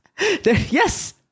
Yes